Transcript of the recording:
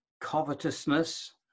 covetousness